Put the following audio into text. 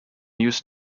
used